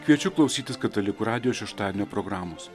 kviečiu klausytis katalikų radijo šeštadienio programos